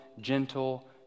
gentle